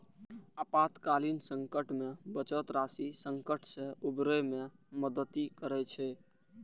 आपातकालीन संकट मे बचत राशि संकट सं उबरै मे मदति करै छै